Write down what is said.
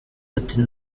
ati